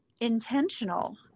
intentional